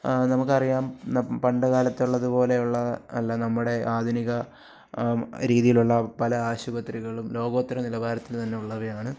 നമുക്കറിയാം പണ്ടുകാലത്തുള്ളതുപോലെയുള്ള അല്ല നമ്മുടെ ആധുനിക രീതിയിലുള്ള പല ആശുപത്രികളും ലോകോത്തര നിലവാരത്തിൽ തന്നെയുള്ളവയാണ്